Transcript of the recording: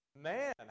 man